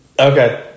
Okay